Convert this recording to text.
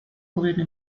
gobierno